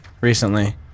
recently